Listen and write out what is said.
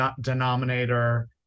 denominator